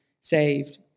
saved